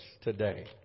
today